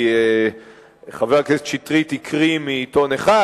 כי חבר הכנסת שטרית הקריא מעיתון אחד,